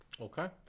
okay